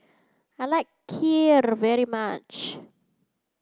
I like Kheer very much